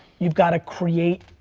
you've gotta create,